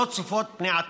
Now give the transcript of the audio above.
לא צופות פני עתיד.